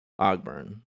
Ogburn